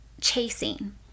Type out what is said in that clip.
chasing